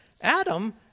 Adam